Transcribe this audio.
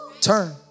Turn